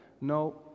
No